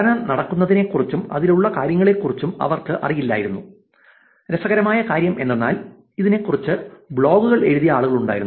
പഠനം നടക്കുന്നതിനെക്കുറിച്ചും അതിലുള്ള കാര്യങ്ങളെക്കുറിച്ചും അവർക്ക് അറിയില്ലായിരുന്നു രസകരമായ കാര്യം എന്തെന്നാൽ ഇതിനെ കുറിച്ച് ബ്ലോഗുകൾ എഴുതിയ ആളുകളുണ്ടായിരുന്നു